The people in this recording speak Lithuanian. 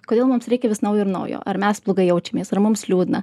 kodėl mums reikia vis naujo ir naujo ar mes blogai jaučiamės ar mums liūdna